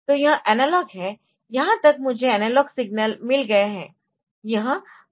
तो यह एनालॉग है यहां तक मुझे एनालॉग सिग्नल मिल गए है